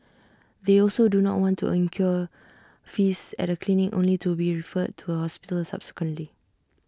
they also do not want to incur fees at A clinic only to be referred to A hospital subsequently